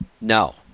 No